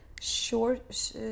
short